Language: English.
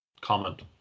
comment